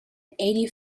eighty